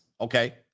okay